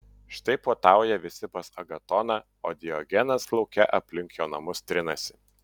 štai puotauja visi pas agatoną o diogenas lauke aplink jo namus trinasi